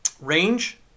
range